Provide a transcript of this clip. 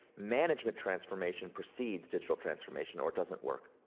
management transformation precedes digital transformation or it doesn't work.